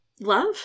love